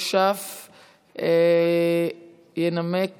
התש"ף 2020. ינמק